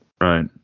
Right